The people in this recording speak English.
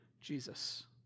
Jesus